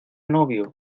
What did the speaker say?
novio